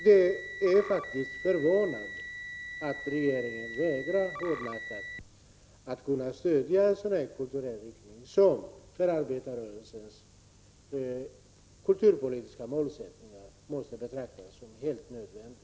Det är faktiskt förvånande att regeringen hårdnackat vägrar att stödja en sådan kulturell inriktning som för arberarrörelsens kulturpolitiska målsättning måste betraktas som helt nödvändig.